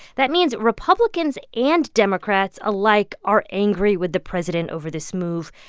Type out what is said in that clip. that means republicans and democrats alike are angry with the president over this move.